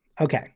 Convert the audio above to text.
Okay